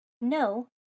No